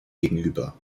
gegenüber